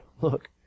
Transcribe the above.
Look